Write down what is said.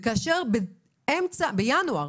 וכאשר בינואר